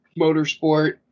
Motorsport